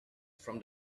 from